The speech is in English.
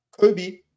Kobe